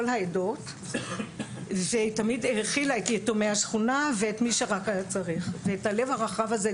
העדות ותמיד האכילה את יתומי השכונה ואת מי שרק היה צריך ואת הלב הרחב הזה,